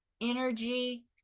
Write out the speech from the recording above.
energy